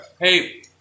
Hey